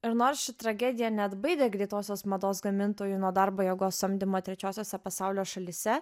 ir nors ši tragedija neatbaidė greitosios mados gamintojų nuo darbo jėgos samdymo trečiosiose pasaulio šalyse